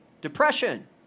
depression